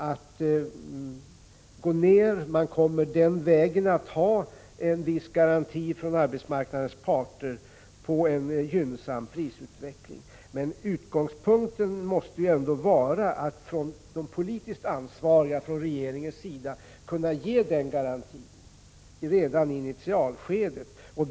Arbetsmarknadens parter kommer den vägen att ha en viss garanti för en gynnsam prisutveckling. Men utgångspunkten måste vara att de politiskt ansvariga, regeringen, redan i initialskedet skall kunna ge den garantin.